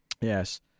Yes